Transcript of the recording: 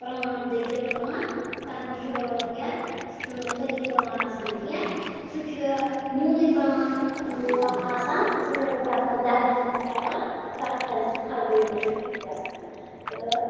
پرٛان دٔگِتھ پرٛان تَتھ منٛز چھُ واریاہ سُہ چھُنہٕ تٔلِتھ پرٛان آسان کیٚنٛہہ سُہ چھِ نیوٗلٕے پرٛان آسان تہٕ سُہ چھَس بہٕ تَتھ منٛز دَگنَس منٛز ترٛاوان تَتھ چھِ تَمۍ سۭتۍ اَلگٕے مُشُک گژھان تہٕ